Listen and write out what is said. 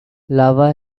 lava